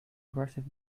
aggressive